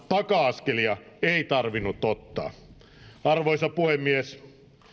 taka askelia ei juurikaan tarvinnut ottaa arvoisa puhemies